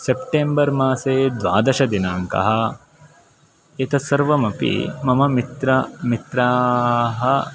सेप्टेम्बर्मासे द्वादशदिनाङ्कः एतत्सर्वमपि मम मित्र मित्राः